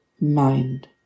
mind